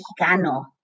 Mexicano